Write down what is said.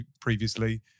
previously